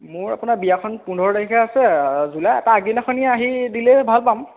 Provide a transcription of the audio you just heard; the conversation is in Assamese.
মোৰ আপোনাৰ বিয়াখন পোন্ধৰ তাৰিখে আছে জুলাই তাৰ আগদিনাখনিয়ে আহি দিলেই ভাল পাম